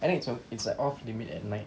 and it's off it's like off limit at night